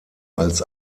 als